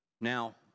Now